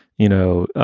you know,